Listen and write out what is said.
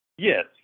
Yes